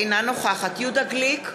אינה נוכחת יהודה גליק,